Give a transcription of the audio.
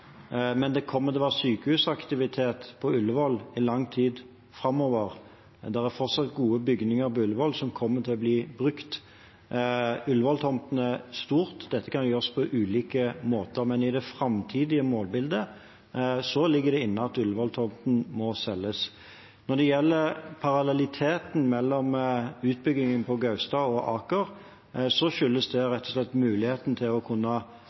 men det kommer til å være sykehusaktivitet på Ullevål i lang tid framover. Det er fortsatt gode bygninger på Ullevål som kommer til å bli brukt. Ullevål-tomten er stor. Dette kan gjøres på ulike måter, men i det framtidige målbildet ligger det inne at Ullevål-tomten må selges. Når det gjelder parallelliteten mellom utbyggingen på Gaustad og Aker, skyldes det rett og slett muligheten til nettopp å kunne